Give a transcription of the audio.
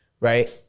Right